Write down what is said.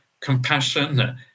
compassion